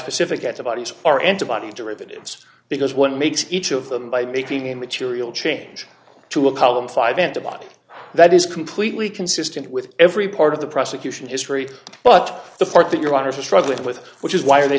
specific antibodies are antibody derivatives because one makes each of them by making a material change to a column five antibody that is completely consistent with every part of the prosecution history but the part that your daughters are struggling with which is why are they